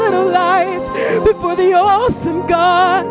god what